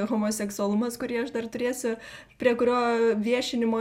homoseksualumas kurį aš dar turėsiu prie kurio viešinimo